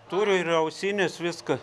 turiu ir ausines viską